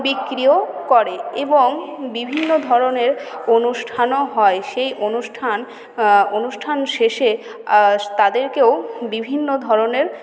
বিক্রিও করে এবং বিভিন্ন ধরণের অনুষ্ঠানও হয় সেই অনুষ্ঠান অনুষ্ঠান শেষে তাদেরকেও বিভিন্ন ধরণের